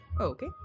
okay